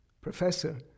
professor